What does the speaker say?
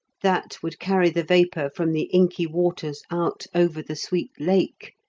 that would carry the vapour from the inky waters out over the sweet lake,